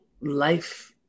Life